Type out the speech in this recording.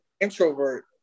introvert